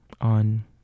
on